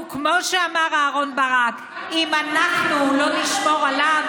וכמו שאמר אהרן ברק: אם אנחנו לא נשמור עליו,